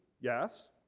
yes